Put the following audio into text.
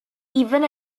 even